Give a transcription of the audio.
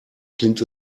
klingt